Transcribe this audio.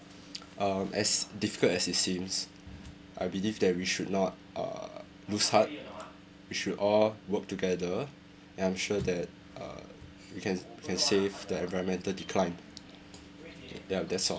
um as difficult as it seems I believe that we should not uh lose heart we should all work together and I'm sure that uh we can we can save the environmental decline yup that's all